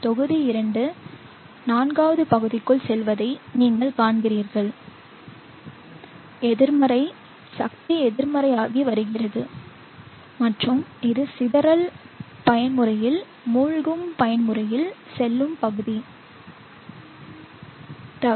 தொகுதி இரண்டு நான்காவது பகுதிக்குள் செல்வதை நீங்கள் காண்கிறீர்கள்எதிர்மறை சக்தி எதிர்மறையாகி வருகிறது மற்றும் இது சிதறல் பயன்முறையில் மூழ்கும் பயன்முறையில் செல்லும் பகுதி இது